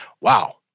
wow